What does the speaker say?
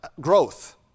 growth